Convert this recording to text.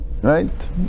right